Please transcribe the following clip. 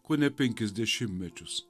kone penkis dešimtmečius